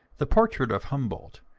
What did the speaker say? the portrait of humboldt,